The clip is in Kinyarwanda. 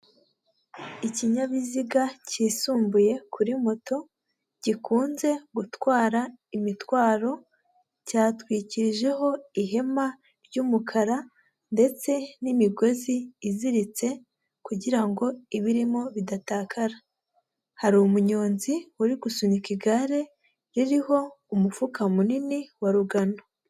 Ikinyabiziga cyisumbuye kuri moto gikunze gutwara imitwaro, cyatwikirijeho ihema ry'umukara ndetse n'imigozi iziritse, kugira ngo ibirimo bidatakara. Hari umunyonzi uri gusunika igare ririho umufuka munini wa rugano.